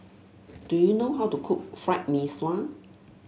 do you know how to cook Fried Mee Sua